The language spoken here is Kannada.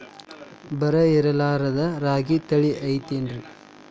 ಬರ ಇರಲಾರದ್ ರಾಗಿ ತಳಿ ಐತೇನ್ರಿ?